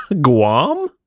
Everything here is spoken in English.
Guam